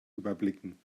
überblicken